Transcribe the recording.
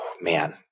Man